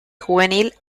juvenil